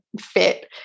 fit